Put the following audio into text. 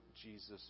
Jesus